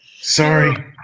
sorry